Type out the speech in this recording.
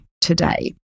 today